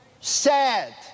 sad